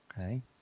okay